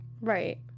Right